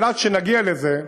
אבל עד שנגיע לזה,